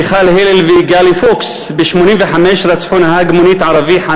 מיכל הלל וגיל פוקס רצחו נהג מונית ערבי ב-1985,